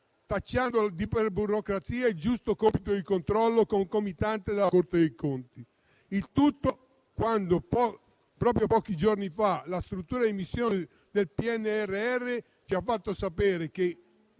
tacciando di iperburocrazia il giusto compito di controllo concomitante della Corte dei conti; il tutto quando proprio pochi giorni fa la Struttura di missione del PNRR ci ha fatto sapere, con